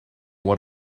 what